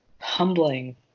humbling